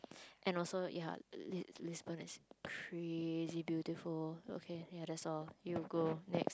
and also ya Lisbon~ Lisbon is crazy beautiful okay ya that's all you go next